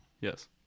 yes